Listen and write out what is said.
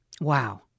Wow